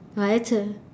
!wah! that's a